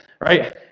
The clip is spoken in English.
right